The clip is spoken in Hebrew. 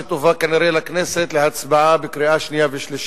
שתובא כנראה לכנסת להצבעה בקריאה שנייה ושלישית,